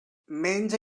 menja